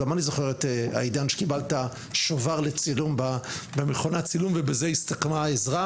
אני זוכר את העידן שקיבלת שובר לצילום במכונת צילום ובזה הסתכמה העזרה,